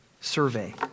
survey